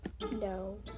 No